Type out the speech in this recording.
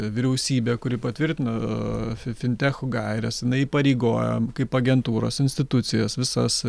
vyriausybė kuri patvirtina fin fintechų gaires jinai įpareigoja kaip agentūros institucijos visas